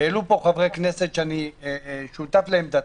העלו פה חברי כנסת, ואני שותף לעמדתם,